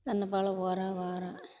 மண் போல் போகிறான் வரான்